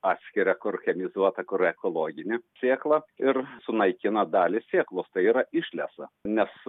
atskiria kur chemizuota kur ekologinė sėkla ir sunaikina dalį sėklos tai yra išlesa nes